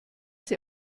sie